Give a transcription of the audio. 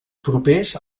propers